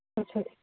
ਅੱਛਾ